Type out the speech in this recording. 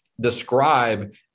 describe